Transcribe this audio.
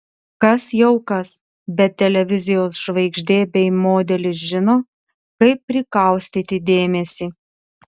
kas jau kas bet televizijos žvaigždė bei modelis žino kaip prikaustyti dėmesį